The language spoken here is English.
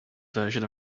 version